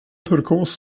turkos